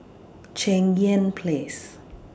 Cheng Yan Place